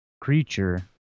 creature